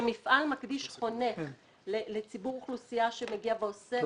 מפעל מקדיש חונך לציבור אוכלוסייה שמגיע ועושה,